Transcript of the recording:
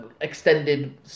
extended